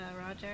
Roger